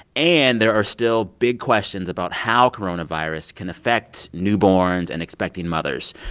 and there are still big questions about how coronavirus can affect newborns and expecting mothers.